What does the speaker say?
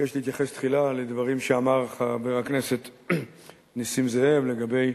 אבקש להתייחס תחילה לדברים שאמר חבר הכנסת נסים זאב לגבי